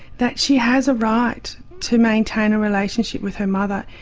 that she has a right to maintain a relationship with her mother.